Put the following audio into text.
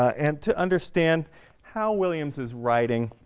and to understand how williams is writing,